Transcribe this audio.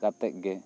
ᱠᱟᱛᱮᱫ ᱜᱮ